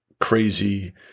crazy